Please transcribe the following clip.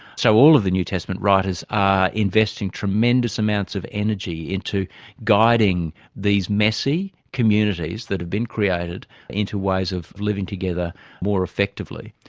so all of the new testament writers are investing tremendous amounts of energy into guiding these messy communities that have been created into ways of living together more effectively.